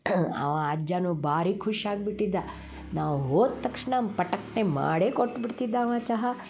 ಆ ಅಜ್ಜನು ಭಾರಿ ಖುಷ್ಯಾಗ್ಬಿಟ್ಟಿದ್ದ ನಾವು ಹೋದ ತಕ್ಷಣ ಪಟಕ್ನೆ ಮಾಡೇ ಕೊಟ್ಬಿಡ್ತಿದ್ದೆ ಅವ ಚಹಾ